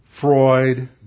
Freud